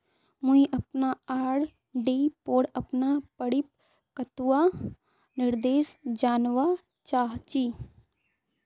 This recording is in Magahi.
मुई अपना आर.डी पोर अपना परिपक्वता निर्देश जानवा चहची